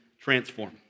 transform